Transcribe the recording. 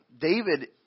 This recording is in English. David